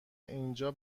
اینجا